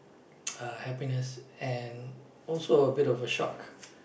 uh happiness and also a bit of a shock